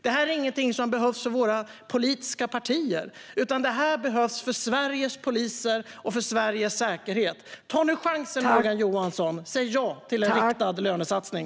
Det här är ingenting som behövs för våra politiska partier, utan det här behövs för Sveriges poliser och för Sveriges säkerhet. Ta nu chansen, Morgan Johansson, och säg ja till en riktad lönesatsning!